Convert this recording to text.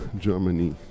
Germany